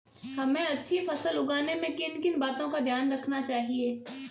हमें अच्छी फसल उगाने में किन किन बातों का ध्यान रखना चाहिए?